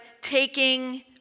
taking